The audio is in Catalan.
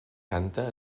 canta